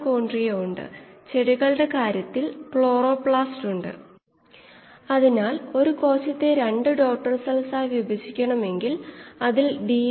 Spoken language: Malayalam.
ബയോ റിയാക്ടറിന്റെ ഔട്ട്ലെറ്റിലെ അതേ പാരാമീറ്ററുകൾ F പൂജ്യം അല്ലെങ്കിൽ F o